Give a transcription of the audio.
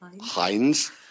Heinz